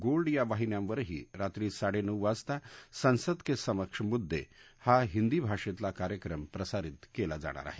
gold या वाहिन्यांवरही रात्री साडेनऊ वाजता संसद के समक्ष मुद्दे हा हिंदी भाषेतला कार्यक्रम प्रसारीत केला जाणार आहे